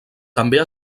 també